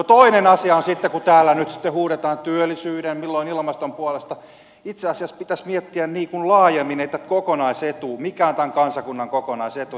toinen asia on sitten kun täällä nyt sitten huudetaan milloin työllisyyden milloin ilmaston puolesta että itse asiassa pitäisi miettiä niin kuin laajemmin kokonaisetua sitä mikä on tämän kansakunnan kokonaisetu